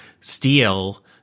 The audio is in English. steal